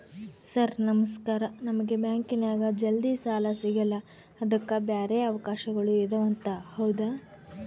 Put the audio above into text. Sir ನಮಸ್ಕಾರ ನಮಗೆ ಬ್ಯಾಂಕಿನ್ಯಾಗ ಜಲ್ದಿ ಸಾಲ ಸಿಗಲ್ಲ ಅದಕ್ಕ ಬ್ಯಾರೆ ಅವಕಾಶಗಳು ಇದವಂತ ಹೌದಾ?